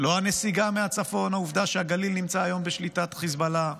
לא הנסיגה מהצפון והעובדה שהגליל נמצא היום בשליטת חיזבאללה.